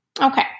Okay